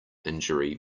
injury